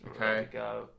Okay